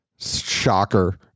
shocker